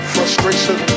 Frustration